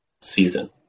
season